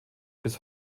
bis